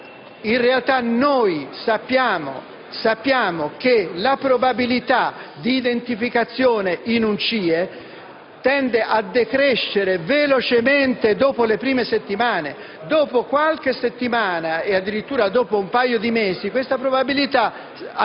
il seguente: sappiamo che la probabilità di identificazione in un CIE tende a decrescere velocemente dopo le prime settimane. Dopo qualche settimana, addirittura dopo un paio di mesi, questa probabilità arriva